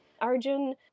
Arjun